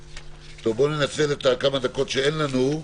בואו ננצל את הכמה דקות שאין לנו.